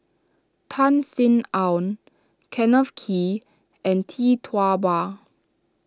Tan Sin Aun Kenneth Kee and Tee Tua Ba